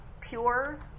pure